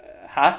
!huh!